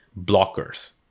blockers